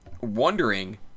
wondering